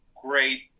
great